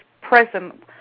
present